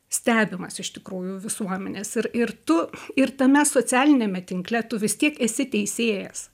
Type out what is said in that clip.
stebimas iš tikrųjų visuomenės ir ir tu ir tame socialiniame tinkle tu vis tiek esi teisėjas